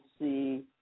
see